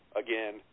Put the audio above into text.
again